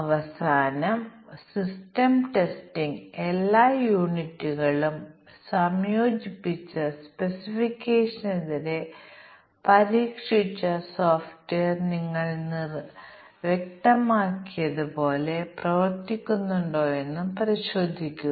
അതിനാൽ ഇത് കോമ്പിനേറ്ററി ടെസ്റ്റിംഗിനെക്കുറിച്ചും ഇവിടെ പ്രധാന നിരീക്ഷണമാണ് ഒരു പ്രോഗ്രാം 30 40 പാരാമീറ്ററുകൾ ഉപയോഗിച്ച് എഴുതുമ്പോൾ അത് ഒരു ജോടി പരാമീറ്ററുകളുടെയോ ഒരൊറ്റ പാരാമീറ്ററിന്റെയോ അല്ലെങ്കിൽ 3 പാരാമീറ്ററുകളുടെയോ ചില പ്രത്യേക കോമ്പിനേഷനുകളാണ്